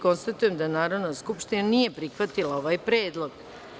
Konstatujem da Narodna skupština nije prihvatila ovaj predlog.